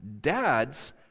dads